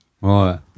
Right